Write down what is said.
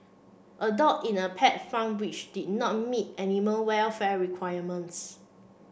a dog in a pet farm which did not meet animal welfare requirements